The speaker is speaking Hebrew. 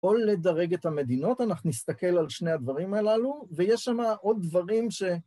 או לדרג את המדינות, אנחנו נסתכל על שני הדברים הללו, ויש שם עוד דברים ש...